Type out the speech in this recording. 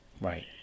Right